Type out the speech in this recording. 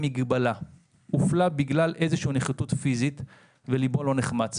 מגבלה הופלה בגלל איזו נחיתות פיזית וליבו לא נחמץ.